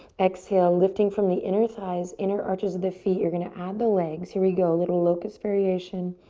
exhale, lifting from the inner thighs, inner arches of the feet. you're gonna add the legs. here we go. a little locust variation.